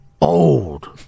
old